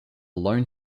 loan